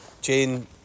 Jane